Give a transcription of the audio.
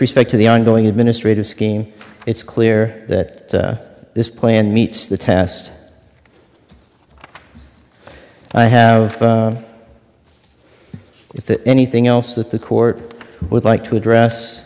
respect to the ongoing administrative scheme it's clear that this plan meets the test i have if anything else that the court would like to address